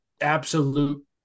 absolute